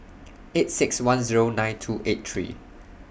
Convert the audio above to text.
eight six one Zero nine two eight three